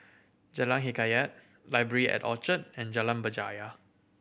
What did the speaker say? Jalan Hikayat Library at Orchard and Jalan Berjaya